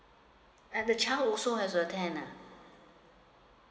and the child also has to attend uh